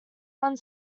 one